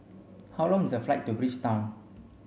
how long is a flight to Bridgetown